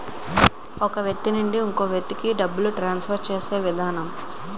ఒక వ్యక్తి నుంచి ఇంకొక వ్యక్తికి డబ్బులు ట్రాన్స్ఫర్ చేసే విధానం